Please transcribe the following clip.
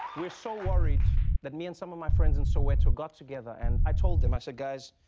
we are so worried that me and some of my friends in soweto got together and i told them, i said guys,